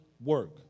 work